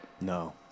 No